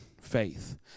faith